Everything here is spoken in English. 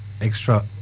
extra